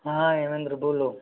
हाँ एवेंद्र बोलो